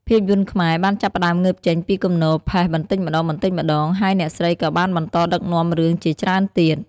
ភាពយន្តខ្មែរបានចាប់ផ្តើមងើបចេញពីគំនរផេះបន្តិចម្តងៗ ហើយអ្នកស្រីក៏បានបន្តដឹកនាំរឿងជាច្រើនទៀត។